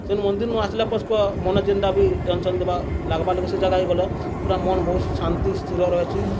ସେନ୍ ମନ୍ଦିର୍ନୁ ଆସ୍ଲେ ପଛ୍କ ମନେ ଯେନ୍ଟା ବି ଟେନ୍ସନ୍ ଦେବା ଲାଗ୍ବାର୍ ଲାଗ୍ବା ଟିକେ ସେ ଜାଗାକେ ଗଲା ପୁରା ମନ୍ ବହୁତ୍ ଶାନ୍ତି ସ୍ଥିର ରହେସି